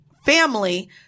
family